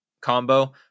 combo